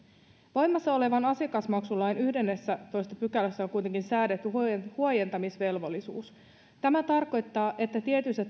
voimassa olevan asiakasmaksulain yhdennessätoista pykälässä on kuitenkin säädetty huojentamisvelvollisuus tämä tarkoittaa että tietyissä